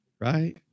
Right